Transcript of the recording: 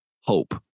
hope